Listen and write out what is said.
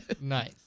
Nice